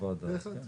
בעד,